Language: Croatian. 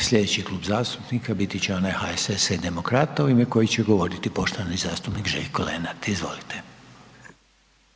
Sljedeći Klub zastupnika biti će onaj HSS-a i Demokrata, u ime kojeg će govoriti poštovani zastupnik Željko Lenart. Izvolite.